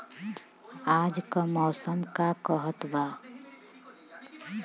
आज क मौसम का कहत बा?